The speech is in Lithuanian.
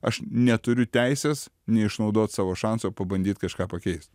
aš neturiu teisės neišnaudot savo šanso pabandyt kažką pakeist